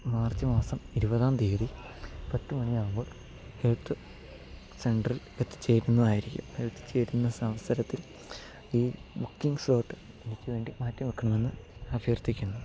March മാസം ഇരുപതാം തീയതി പത്ത് മണിയാവുമ്പോൾ ഹെൽത്ത് സെൻ്ററിൽ എത്തിച്ചേരുന്നതായിരിക്കും എത്തിച്ചേരുന്ന അവസരത്തിൽ ഈ ബുക്കിംഗ് സ്ലോട്ട് എനിക്ക് വേണ്ടി മാറ്റി വെക്കണമെന്ന് അഭ്യർത്ഥിക്കുന്നു